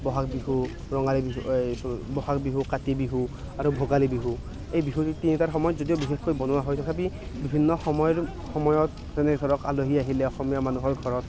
বহাগ বিহু ৰঙালী বিহু এইটো বহাগ বিহু কাতি বিহু আৰু ভোগালী বিহু এই বিহু তিনিটাৰ সময়ত যদিও বিশেষকৈ বনোৱা হয় তথাপি বিভিন্ন সময় সময়ত যেনে ধৰক আলহী আহিলে অসমীয়া মানুহৰ ঘৰত